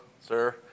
sir